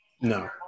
No